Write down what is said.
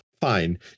fine